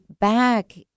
back